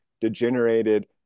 degenerated